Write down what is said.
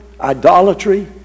idolatry